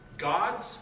God's